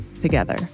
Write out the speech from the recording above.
together